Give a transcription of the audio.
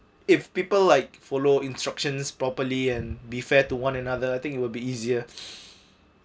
if people like follow instructions properly and be fair to one another I think it will be easier